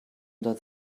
that